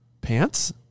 Pants